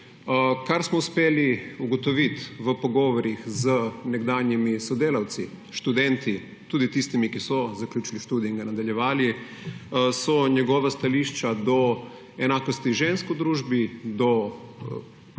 Kar smo uspeli ugotovit v pogovorih z nekdanjimi sodelavci, študenti, tudi tistimi, ki so zaključili študij in ga nadaljevali, njegova stališča do enakosti žensk v družbi, do